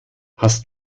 hast